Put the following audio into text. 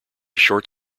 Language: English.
short